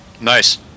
Nice